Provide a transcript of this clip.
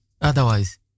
Otherwise